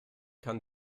kann